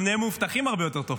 גם נהיה מאובטחים הרבה יותר טוב.